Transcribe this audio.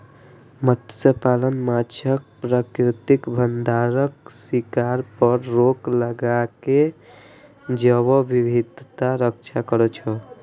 मत्स्यपालन माछक प्राकृतिक भंडारक शिकार पर रोक लगाके जैव विविधताक रक्षा करै छै